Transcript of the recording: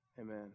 amen